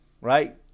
right